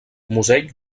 musell